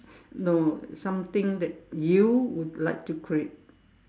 no something that you would like to create